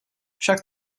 však